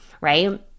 right